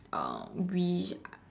um we